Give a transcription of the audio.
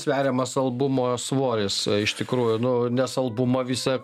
sveriamas albumo svoris iš tikrųjų nu nes albumą visą